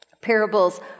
Parables